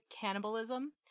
cannibalism